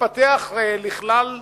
מתפתח לכלל,